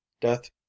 death